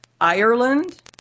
Ireland